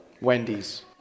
Wendy's